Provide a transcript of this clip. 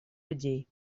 людей